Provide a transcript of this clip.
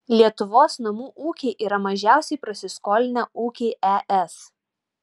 lietuvos namų ūkiai yra mažiausiai prasiskolinę ūkiai es